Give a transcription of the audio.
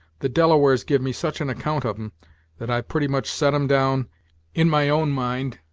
the delawares give me such an account of em that i've pretty much set em down in my own mind,